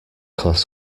class